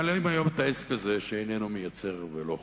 שמנהלים היום את העסק הזה שאיננו מייצר ולא כלום.